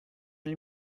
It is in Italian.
nel